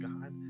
God